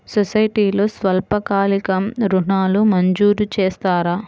సొసైటీలో స్వల్పకాలిక ఋణాలు మంజూరు చేస్తారా?